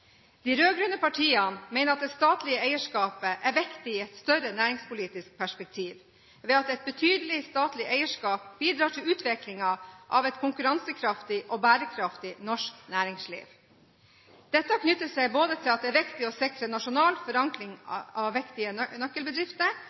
De rød-grønne partiene mener at det statlige eierskapet er viktig i et større næringspolitisk perspektiv, ved at et betydelig statlig eierskap bidrar til utviklingen av et konkurransekraftig og bærekraftig norsk næringsliv. Dette knytter seg både til at det er viktig å sikre nasjonal forankring av viktige nøkkelbedrifter, og til at de statlige selskapene er store og viktige